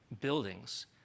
buildings